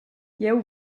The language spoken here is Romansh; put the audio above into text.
jeu